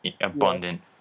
abundant